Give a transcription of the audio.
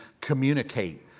communicate